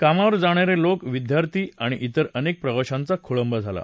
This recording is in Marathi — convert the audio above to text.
कामावर जाणारे लोक विद्यार्थी आणि विर अनेक प्रवाशांचा खोळंबा झाला